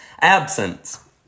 absence